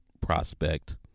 prospect